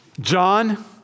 John